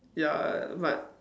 ya but